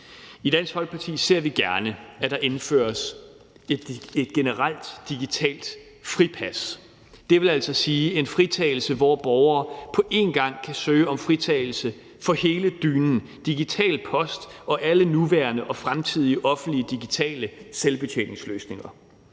I Dansk Folkeparti ser vi gerne, at der indføres et generelt digitalt fripas, dvs. sige en fritagelse, hvor borgere på en gang kan søge om fritagelse fra hele dynen, altså digital post og alle nuværende og fremtidige offentlige digitale selvbetjeningsløsninger.